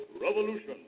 revolution